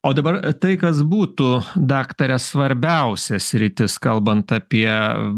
o dabar tai kas būtų daktare svarbiausia sritis kalbant apie